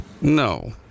No